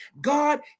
God